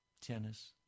tennis